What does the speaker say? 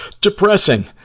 depressing